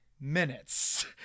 minutes